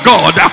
God